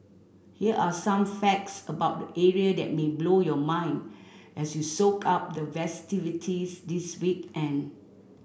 here are some facts about the area that may blow your mind as you soak up the festivities this weekend